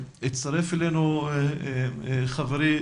הצטרף אלינו חברי,